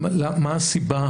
מה הסיבה